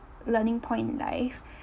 learning point in life